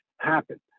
happen